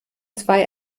zwei